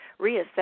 reassess